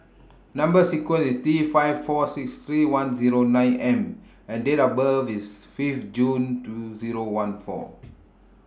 Number sequence IS T five four six three one Zero nine M and Date of birth IS Fifth June two Zero one four